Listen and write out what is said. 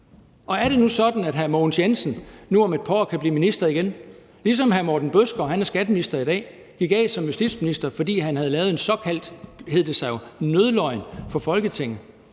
Er det nu sådan, at hr. Mogens Jensen om et par år kan blive minister igen ligesom hr. Morten Bødskov, der gik af som justitsminister, fordi han havde fortalt en såkaldt nødløgn til Folketinget,